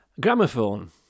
gramophone